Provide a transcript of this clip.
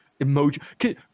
emoji